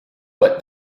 but